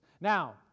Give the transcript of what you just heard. Now